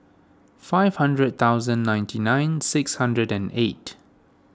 five hundred thousand ninety nine six hundred and eight